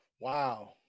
Wow